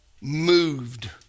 moved